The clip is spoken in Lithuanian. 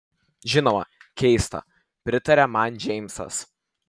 žinoma keista pritarė man džeimsas